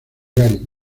gary